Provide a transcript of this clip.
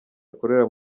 akorera